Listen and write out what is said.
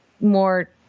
more